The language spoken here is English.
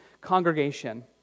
congregation